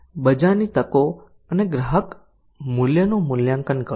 બજારની તકો અને ગ્રાહક મૂલ્યનું મૂલ્યાંકન કરો